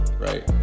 right